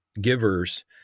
givers